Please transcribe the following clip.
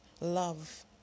love